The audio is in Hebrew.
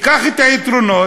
ניקח את היתרונות,